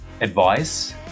advice